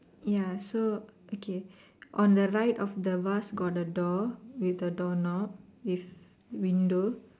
ya so okay on the right of the vase got a door with a door knob with window